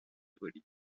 relie